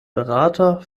berater